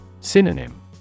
Synonym